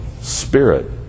spirit